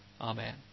Amen